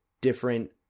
different